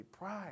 pride